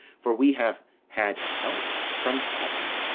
for we have had help from heaven,